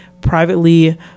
privately